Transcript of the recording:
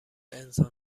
انسان